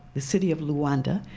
the city of luanda,